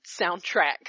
soundtrack